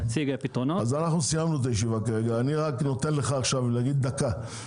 אנחנו קרובים לסיום, אני נותן למר סתווי דקה.